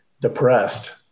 depressed